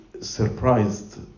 surprised